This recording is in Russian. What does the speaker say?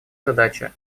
задача